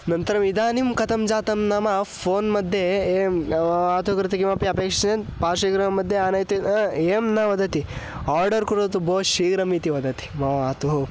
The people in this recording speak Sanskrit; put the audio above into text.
अनन्तरम् इदानीं कथं जातं नाम फ़ोन् मध्ये एवं नाम मातुः कृते किमपि अपेक्षते पार्श्वगृहं मध्ये आनयति एवं न वदति आर्डर् कुरोतु भोः शीघ्रमिति वदति मम मातुः